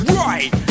right